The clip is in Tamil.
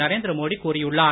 நரேந்திர மோடி கூறியுள்ளார்